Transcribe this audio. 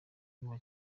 n’uwa